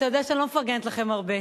אתה יודע שאני לא מפרגנת לכם הרבה,